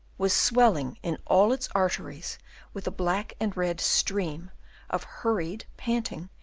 was swelling in all its arteries with a black and red stream of hurried, panting,